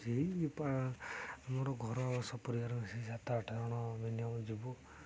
ସେଇ ଆମର ଘର ସପରିବାର ସେଇ ସାତ ଆଠ ଜଣ ମିନିମମ୍ ଯିବୁ